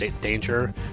danger